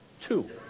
two